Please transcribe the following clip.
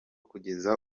kugeza